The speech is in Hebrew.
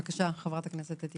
בבקשה, חברת הכנסת עטיה.